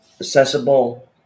accessible